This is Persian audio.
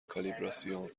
کالیبراسیون